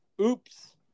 Oops